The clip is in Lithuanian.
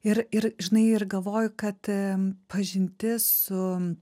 ir ir žinai ir galvoju kad pažintis su